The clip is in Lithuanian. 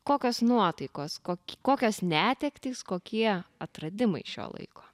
kokios nuotaikos kok kokios netektys kokie atradimai šio laiko